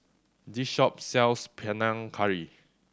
this shop sells Panang Curry